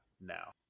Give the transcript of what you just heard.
now